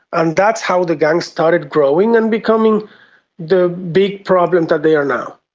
and that's how the gangs started growing and becoming the big problem that they are now.